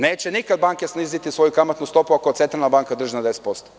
Neće nikad banke sniziti svoju kamatnu stopu ako Centralna banka drži na 10%